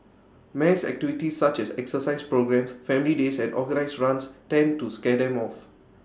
mass activities such as exercise programmes family days and organised runs tend to scare them off